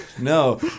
no